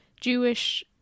Jewish